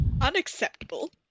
unacceptable